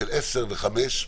של 10,000 ו-5,000,